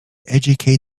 educate